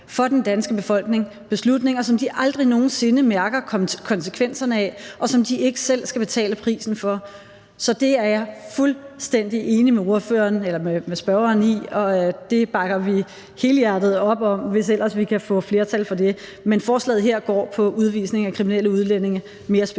for den danske befolkning – beslutninger, som de aldrig nogen sinde mærker konsekvenserne af, og som de ikke selv skal betale prisen for. Så det er jeg fuldstændig enig med spørgeren i, og det bakker vi helhjertet op om, hvis ellers vi kan få flertal for det. Men forslaget her går mere specifikt på udvisning af kriminelle udlændinge. Kl.